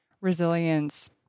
resilience